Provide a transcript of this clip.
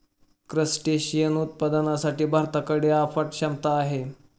crustacean उत्पादनासाठी भारताकडे अफाट क्षमता आहे